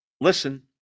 listen